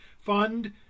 fund